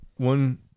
One